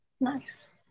Nice